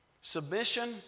Submission